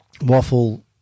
waffle